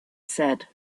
said